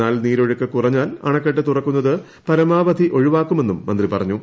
എന്നാൽ നീരൊഴുക്ക് കുറഞ്ഞാൽ അണക്കെട്ട് തുറക്കുന്നത് പരമാവധി ഒഴിവാക്കുമെന്നും മന്ത്രി പറഞ്ഞു